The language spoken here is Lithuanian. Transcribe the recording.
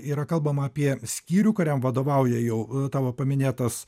yra kalbama apie skyrių kuriam vadovauja jau tavo paminėtas